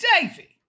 Davey